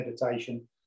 meditation